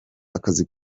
akazi